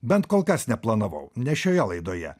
bent kol kas neplanavau ne šioje laidoje